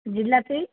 jalebi